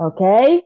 Okay